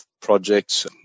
projects